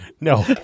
No